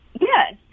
Yes